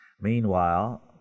Meanwhile